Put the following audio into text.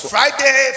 Friday